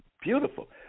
beautiful